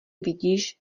vidíš